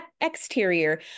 exterior